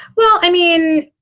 well, i mean,